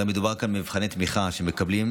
הרי מדובר כאן במבחני תמיכה שמקבלות